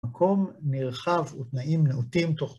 מקום נרחב ותנאים נאותים תוך